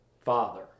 Father